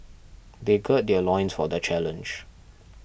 they gird their loins for the challenge